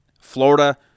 Florida